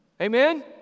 Amen